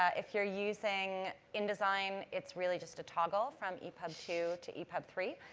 ah if you're using indesign, it's really just a toggle from epub two to epub three.